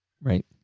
Right